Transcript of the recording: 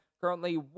Currently